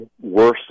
worse